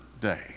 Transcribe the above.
day